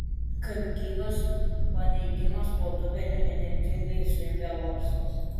kaip gyvas paneigimas po dubeniu įnirtingai zvimbė vapsvos